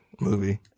movie